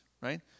right